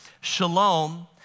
Shalom